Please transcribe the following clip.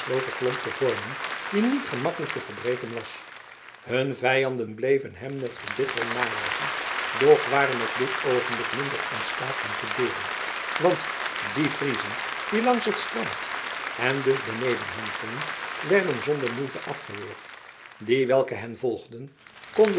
klomp te vormen die niet gemakkelijk te verbreken was hun vijanden bleven hen met verbittering najagen doch waren op dit oogenblik minder in staat hen te deren want die friezen die langs het strand en dus beneden hen gingen werden zonder moeite afgeweerd die welke hen volgden konden